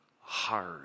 hard